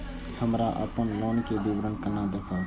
हमरा अपन लोन के विवरण केना देखब?